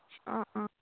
অঁ অঁ